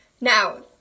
Now